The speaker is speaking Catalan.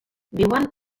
viuen